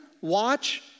watch